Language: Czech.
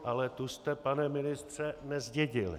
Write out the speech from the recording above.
Ale tu jste, pane ministře, nezdědili.